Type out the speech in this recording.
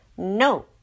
No